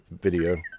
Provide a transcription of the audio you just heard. video